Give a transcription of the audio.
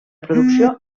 producció